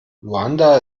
luanda